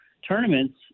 tournaments